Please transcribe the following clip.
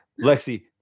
Lexi